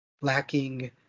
lacking